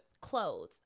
clothes